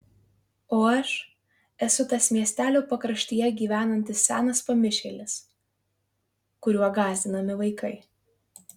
o aš esu tas miestelio pakraštyje gyvenantis senas pamišėlis kuriuo gąsdinami vaikai